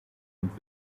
und